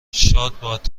شادباد